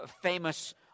famous